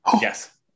Yes